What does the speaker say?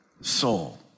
soul